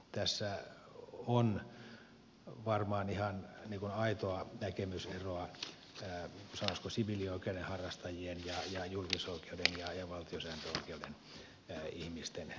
tässä on varmaan ihan aitoa näkemyseroa sanoisiko siviilioikeuden harrastajien ja julkisoikeuden ja valtiosääntöoikeuden ihmisten kesken